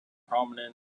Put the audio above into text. prominent